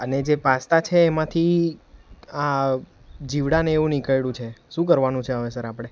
અને જે પાસ્તા છે એમાંથી આ જીવળાને એવું નિકડ્યું છે શું કરવાનું છે હવે સર આપણે